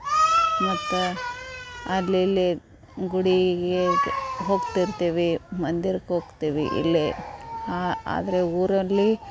ಮತ್ತು ಅಲ್ಲಿ ಇಲ್ಲಿ ಗುಡಿಗೆ ಹೋಗ್ತಿರ್ತೀವಿ ಮಂದಿರಕ್ಕೆ ಹೋಗ್ತಿವಿ ಇಲ್ಲಿ ಆ ಆದರೆ ಊರಲ್ಲಿ